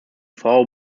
frau